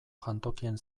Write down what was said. jantokien